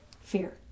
fear